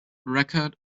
record